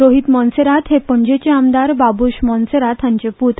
रोहित मोन्सेरात हे पणजेचे आमदार बाबूश मोन्सेरात हांचे पूत